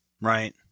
Right